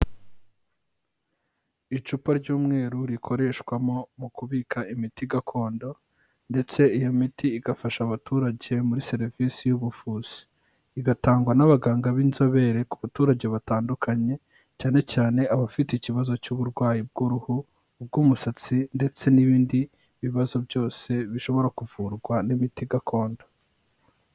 Icupa ry'umweru rikoreshwamo mu kubika imiti gakondo ndetse iyo miti igafasha abaturage muri serivisi y'ubuvuzi, igatangwa n'abaganga b'inzobere ku baturage batandukanye, cyane cyane abafite ikibazo cy'uburwayi bw'uruhu, ubw'umusatsi ndetse n'ibindi bibazo byose bishobora kuvurwa n'imiti gakondo.